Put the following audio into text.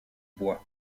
bois